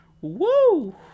Woo